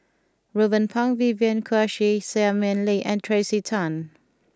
Ruben Pang Vivien Quahe Seah Mei Lin and Tracey Tan